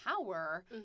power